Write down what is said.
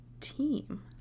team